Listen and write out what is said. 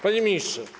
Panie Ministrze!